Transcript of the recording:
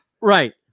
Right